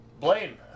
Blaine